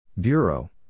Bureau